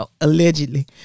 allegedly